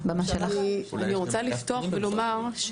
רוצה לפתוח ולומר,